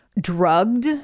drugged